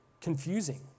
confusing